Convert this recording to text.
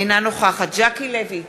אינה נוכחת ז'קי לוי,